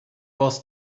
was